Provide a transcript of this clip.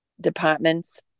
departments